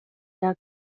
dug